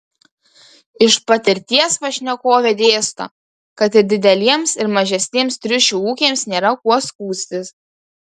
iš patirties pašnekovė dėsto kad ir dideliems ir mažesniems triušių ūkiams nėra kuo skųstis